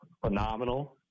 phenomenal